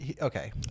okay